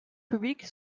publics